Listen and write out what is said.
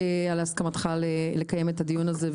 על הסכמתך לקיים את הדיון הזה,